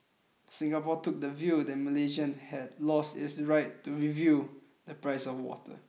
Singapore took the view that Malaysia had lost its right to review the price of water